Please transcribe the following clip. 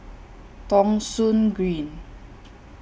Thong Soon Green